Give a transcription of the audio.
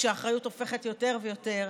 כשהאחריות הופכת יותר ויותר,